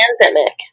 pandemic